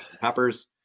Peppers